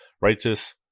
Righteous